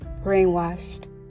brainwashed